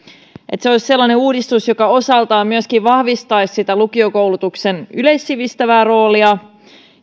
se olisi semmoinen uudistus joka osaltaan myöskin vahvistaisi sitä lukiokoulutuksen yleissivistävää roolia